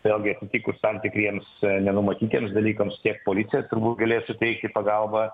vėlgi atsitikus tam tikriems nenumatytiems dalykams tiek policijas turbūt galės suteikti pagalbą